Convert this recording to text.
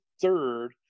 third